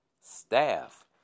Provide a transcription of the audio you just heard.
staff